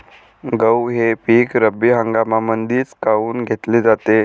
गहू हे पिक रब्बी हंगामामंदीच काऊन घेतले जाते?